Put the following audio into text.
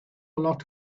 lot